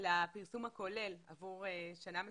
על הפרסום הכולל עבור שנה מסוימת,